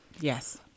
Yes